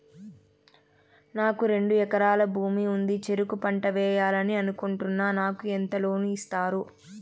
నాకు రెండు ఎకరాల భూమి ఉంది, చెరుకు పంట వేయాలని అనుకుంటున్నా, నాకు ఎంత లోను ఇస్తారు?